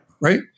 Right